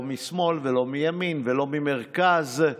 לא משמאל ולא מימין ולא מהמרכז,